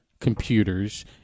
computers